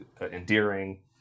endearing